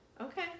Okay